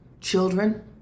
children